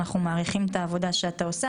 אנחנו מעריכים את העבודה שאתה עושה,